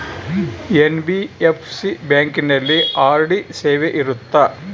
NBFC ಬ್ಯಾಂಕಿನಲ್ಲಿ RD ಸೇವೆ ಇರುತ್ತಾ?